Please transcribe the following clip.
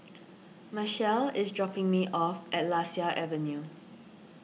Machelle is dropping me off at Lasia Avenue